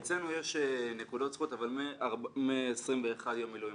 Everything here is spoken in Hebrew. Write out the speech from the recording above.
אצלנו יש נקודות זכות אבל מ-21 ימי מילואים.